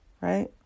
right